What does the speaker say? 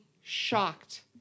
shocked